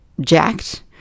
jacked